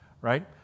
Right